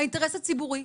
האינטרס הציבורי.